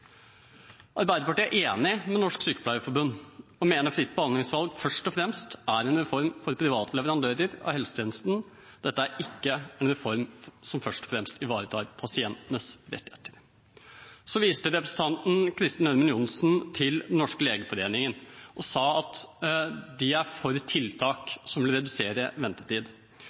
Arbeiderpartiet er enig med Norsk Sykepleierforbund og mener fritt behandlingsvalg først og fremst er en reform for private leverandører av helsetjenester. Dette er ikke en reform som først og fremst ivaretar pasientenes rettigheter. Så viste representanten Kristin Ørmen Johnsen til Den norske legeforening og sa at de er for tiltak